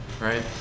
right